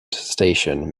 station